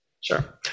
Sure